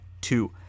two